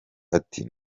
ati